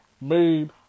made